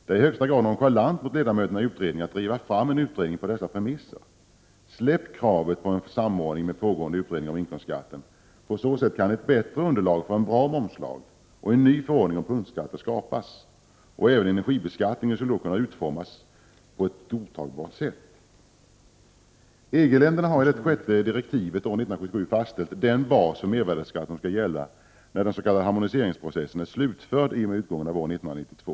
Det är i högsta grad nonchalant mot ledamöterna i utredningen att driva fram en utredning på dessa premisser. Släpp kravet på en samordning med pågående utredning av inkomstskatten. På så sätt kan bättre underlag för en bra momslag och en ny förordning om punktskatter skapas, och även energibeskattningen skulle då kunna utformas på ett godtagbart sätt. EG-länderna har i det sjätte direktivet år 1977 fastställt den bas för mervärdeskatten som skall gälla när den s.k. harmoniseringsprocessen är slutförd i och med utgången av år 1992.